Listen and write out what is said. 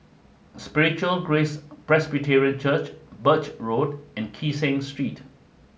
Spiritual Grace Presbyterian Church Birch Road and Kee Seng Street